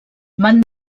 van